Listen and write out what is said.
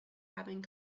having